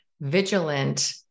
vigilant